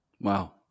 Wow